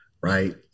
Right